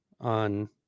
on